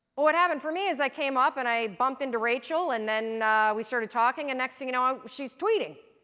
what happened for me is i came up, and i bumped into rachel, and then we started talking, and next thing you know, um she's tweeting.